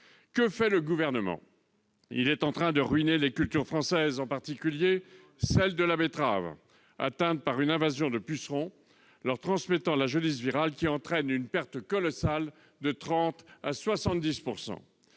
Que fait le Gouvernement ? Il est en train de ruiner les cultures françaises, en particulier celle de la betterave, qui se trouve atteinte par une invasion de pucerons lui transmettant la jaunisse virale, avec des pertes colossales à la